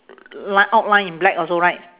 li~ outline in black also right